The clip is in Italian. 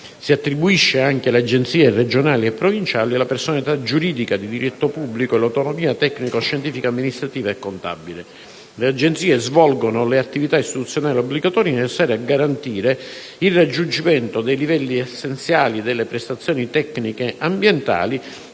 Si attribuisce inoltre alle Agenzie regionali e provinciali la personalità giuridica di diritto pubblico e l'autonomia tecnico-scientifica, amministrativa e contabile. Le Agenzie svolgono le attività istituzionali obbligatorie necessarie a garantire il raggiungimento dei livelli essenziali delle prestazioni tecniche ambientali